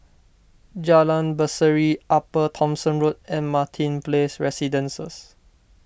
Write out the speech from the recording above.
Jalan Berseri Upper Thomson Road and Martin Place Residences